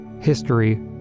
history